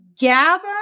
GABA